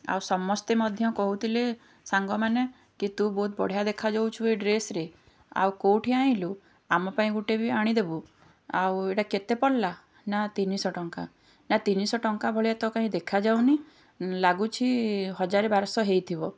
ଆଉ ସମସ୍ତେ ମଧ୍ୟ କହୁଥିଲେ ସାଙ୍ଗମାନେ କି ତୁ ବହୁତ ବଢ଼ିଆ ଦେଖାଯାଉଛୁ ଏଇ ଡ୍ରେସ୍ରେ ଆଉ କେଉଁଠି ଆଣିଲୁ ଆମ ପାଇଁ ଗୋଟେ ବି ଆଣିଦେବୁ ଆଉ ଏଇଟା କେତେ ପଡ଼ିଲା ନା ତିନିଶହ ଟଙ୍କା ନା ତିନିଶହ ଟଙ୍କା ଭଳିଆ ତ କାଇଁ ଦେଖାଯାଉନି ଲାଗୁଛି ହଜାରେ ବାରଶହ ହୋଇଥିବ